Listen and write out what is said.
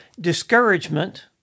discouragement